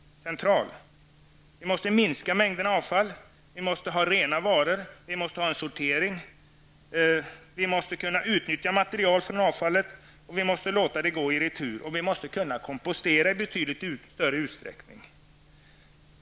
Vi måste minska mängden avfall, vi måste ha rena varor, vi måste ha en sortering, vi måste kunna utnyttja material från avfallet, vi måste låta det gå i retur och vi måste kunna kompostera i betydligt större utsträckning.